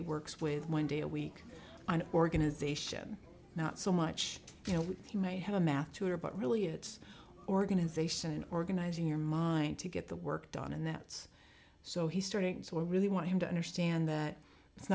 he works with one day a week an organization not so much you know you might have a math tutor but really it's organization organizing your mind to get the work done and that's so he's starting to really want him to understand that it's